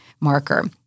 marker